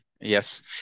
Yes